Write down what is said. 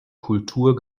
kultur